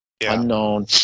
unknown